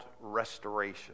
restoration